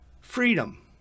freedom